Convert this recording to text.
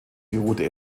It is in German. beruhte